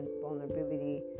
vulnerability